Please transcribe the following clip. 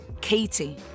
Katie